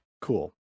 cool